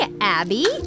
Abby